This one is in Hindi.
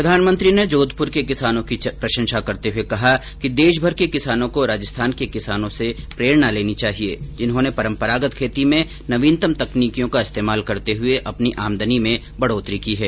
प्रधानमंत्री ने जोधपुर के किसानों की प्रशंसा करते हुए कहा कि देशभर के किसानों को राजस्थान के किसानों से प्रेरणा लेनी चाहिये जिन्होंने परम्परागत खेती में नवीनतम तकनीकियों का इस्तेमाल करते हुए अपनी आमदनी में बढ़ोतरी की है